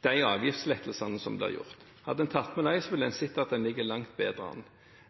de avgiftslettelsene som blir gjort. Hadde en tatt med dem, ville en sett at en ligger langt bedre an.